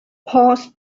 past